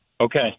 Okay